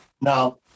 Now